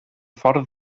ffordd